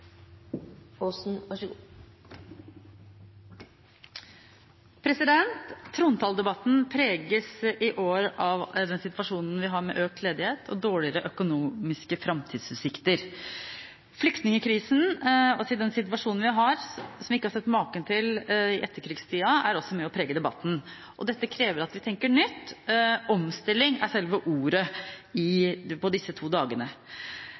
Trontaledebatten preges i år av den situasjonen vi har med økt ledighet og dårligere økonomiske framtidsutsikter. Flyktningkrisen, som vi ikke har sett maken til i etterkrigstid, er også med og preger debatten. Dette krever at vi tenker nytt. Omstilling er selve ordet disse to dagene.